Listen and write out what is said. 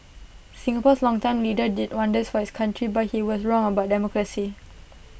Singapore's longtime leader did wonders for his country but he was wrong about democracy